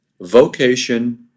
vocation